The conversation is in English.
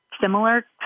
Similar